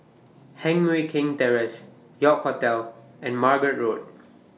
Heng Mui Keng Terrace York Hotel and Margate Road